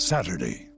Saturday